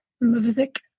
music